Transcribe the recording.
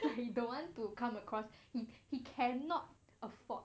and you don't want to come across he cannot afford